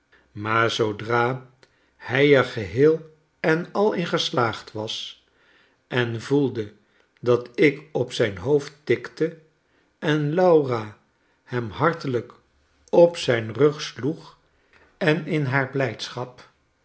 maar zoodra hij er geheel en al in geslaagd was en voelde dat ik op zijn hoofd tikte en laura hem hartelijk op zijn rug sloeg en in haar blijdschap